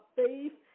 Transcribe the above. faith